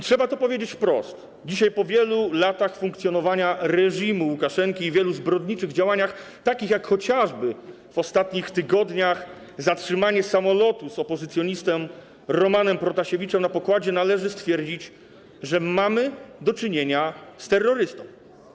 Trzeba to powiedzieć wprost: dzisiaj, po wielu latach funkcjonowania reżimu Łukaszenki i wielu zbrodniczych działaniach, takich jak chociażby w ostatnich tygodniach zatrzymanie samolotu z opozycjonistą Romanem Protasiewiczem na pokładzie, należy stwierdzić, że mamy do czynienia z terrorystą.